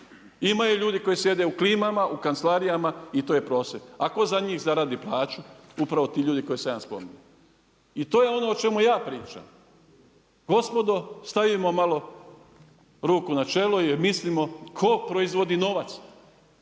Imaju ljudi koji sjede u klimama, u kancelarijama i to je prosjek. A tko za njih zaradi plaću? Upravo ti ljudi koje sam ja spominjao. I to je ono o čemu ja pričam. gospodo stavimo malo ruku na čelo i mislimo tko proizvodi novac,